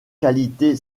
qualité